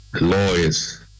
lawyers